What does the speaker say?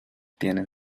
tienen